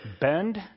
bend